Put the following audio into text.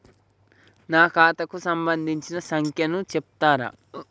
నా ఖాతా కు సంబంధించిన సంఖ్య ను చెప్తరా?